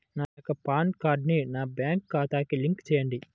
నా యొక్క పాన్ కార్డ్ని నా బ్యాంక్ ఖాతాకి లింక్ చెయ్యండి?